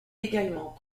également